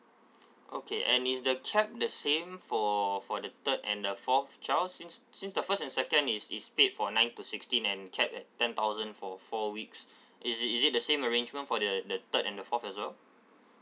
okay and is the cap the same for for the third and the fourth child since since the first and second is is paid for nine to sixteen and capped at ten thousand for four weeks is is it the same arrangement for the the third and fourth as well